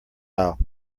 aisle